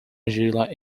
argila